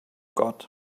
got